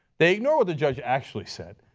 they ignore what the judge actually said,